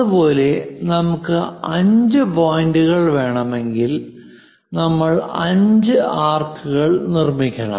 അതുപോലെ നമുക്ക് 5 പോയിന്റുകൾ വേണമെങ്കിൽ നമ്മൾ 5 ആർക്കുകൾ നിർമ്മിക്കണം